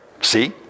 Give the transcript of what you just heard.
See